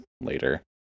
later